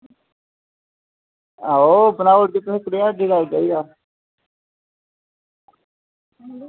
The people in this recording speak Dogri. आओ बनाई ओड़गे तुसें केह्ड़ा फ्लेवर चाहिदा